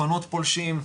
לפנות פולשים,